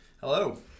Hello